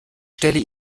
stelle